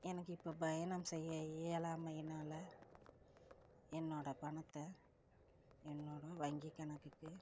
எனக்கு இப்போ பயணம் செய்ய இயலாமையினால் என்னோட பணத்தை என்னோட வங்கி கணக்குக்கு